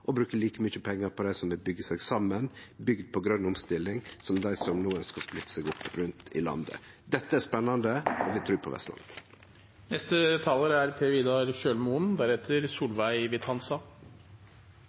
og å bruke like mykje pengar på dei som vil byggje seg saman, bygd på grøn omstilling, som dei som no skal splitte seg opp rundt i landet. Dette er spennande. Eg har tru på